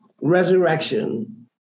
Resurrection